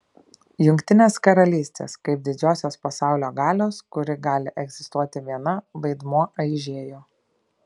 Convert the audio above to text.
jungtinės karalystės kaip didžiosios pasaulio galios kuri gali egzistuoti viena vaidmuo aižėjo